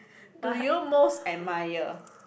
do you most admire